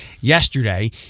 yesterday